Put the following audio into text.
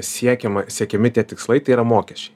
siekiama siekiami tie tikslai tai yra mokesčiai